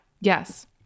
Yes